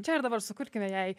čia ir dabar sukurkime jai